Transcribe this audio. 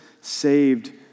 saved